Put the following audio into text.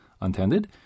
untended